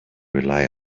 rely